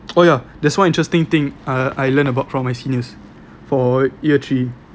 oh ya there's one interesting thing I I learned about from my seniors for year three